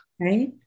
Right